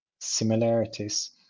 similarities